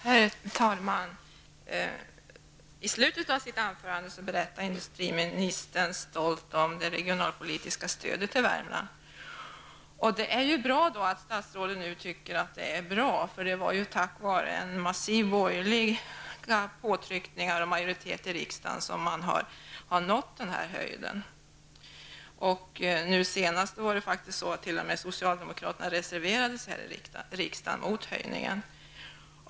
Herr talman! I slutet av sitt anförande berättade industriministern stolt om det regionalpolitiska stödet till Värmland. Det gläder mig att statsrådet nu tycker att det är bra, eftersom det är tack vare massiv borgerlig påtryckning och majoritet i riksdagen som detta har uppnåtts. Senast när detta togs upp i riskdagen reserverade sig socialdemokraterna t.o.m. mot höjningen.